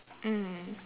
mm